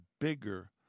bigger